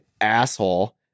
asshole